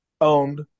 owned